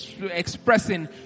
expressing